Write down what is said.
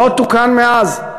לא תוקן מאז.